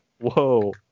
Whoa